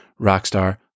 Rockstar